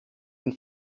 den